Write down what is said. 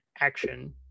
action